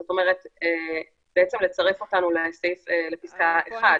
זאת אומרת לצרף אותנו לפסקה (1).